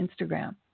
Instagram